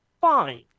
fine